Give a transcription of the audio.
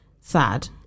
sad